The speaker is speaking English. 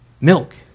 milk